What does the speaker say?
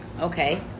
Okay